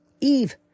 Eve